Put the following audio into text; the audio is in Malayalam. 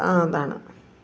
ആ അതാണ്